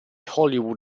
hollywood